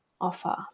offer